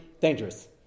dangerous